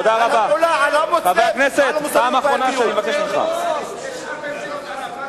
חבר הכנסת עפו אגבאריה.